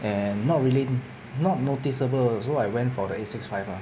and not really not noticeable so I went for the eight six five ah